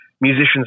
musicians